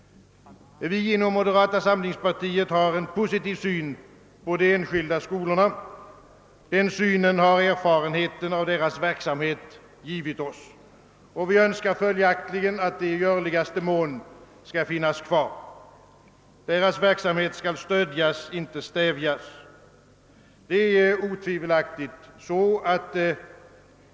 Vi inom moderata samlingspartiet har en positiv syn på de enskilda skolorna. Den synen har erfarenheten av deras verksamhet givit oss. Vi önskar följaktligen att de i görligaste mån skall finnas kvar. Deras verksamhet skall stödjas, inte stävjas.